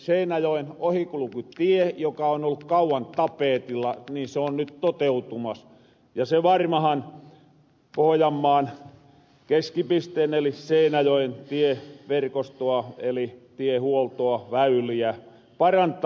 seinäjoen ohikulkutie joka on ollut kauan tapeetilla on nyt toteutumas ja se varmahan pohojammaan keskipisteen eli seinäjoen tieverkostoa eli tiehuoltoa väyliä parantaa